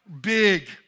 big